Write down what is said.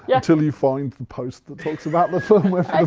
yeah until you find the post that talks about the firmware